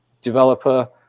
developer